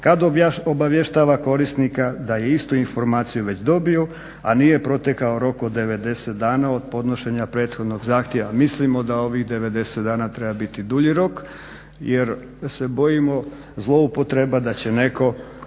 kad obavještava korisnika da je istu informaciju već dobio a nije protekao rok od 90 dana od podnošenja prethodnog zahtjeva. Mislimo da ovih 90 dana treba biti dulji rok jer se bojim zloupotreba da će netko